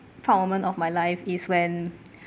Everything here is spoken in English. proud moment of my life is when